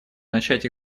начать